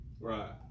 Right